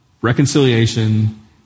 reconciliation